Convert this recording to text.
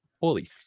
Holy